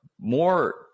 more